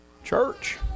Church